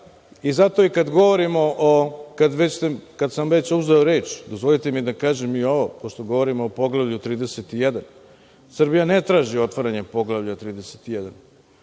i zato kada govorimo, kada sam već uzeo reč, dozvolite mi da kažem i ovo, pošto govorimo o Poglavlju 31. Srbija ne traži otvaranje Poglavlja 31.